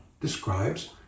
describes